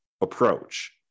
approach